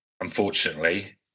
unfortunately